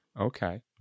Okay